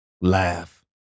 Laugh